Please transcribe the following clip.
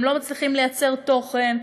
והם לא מצליחים לייצר תוכן,